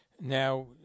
Now